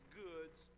goods